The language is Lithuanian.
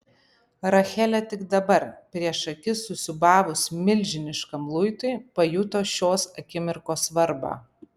rachelė tik dabar prieš akis susiūbavus milžiniškam luitui pajuto šios akimirkos svarbą